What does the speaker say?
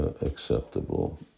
acceptable